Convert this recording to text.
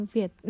Việt